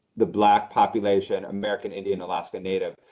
the black population, american indian, alaska native,